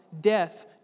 death